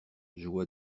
joua